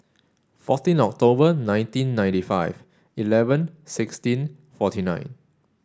fourteen October nineteen ninety five eleven sixteen forty nine